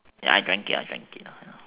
ya I drank it I drank it ya